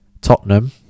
Tottenham